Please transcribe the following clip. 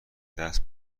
دست